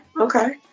okay